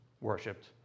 worshipped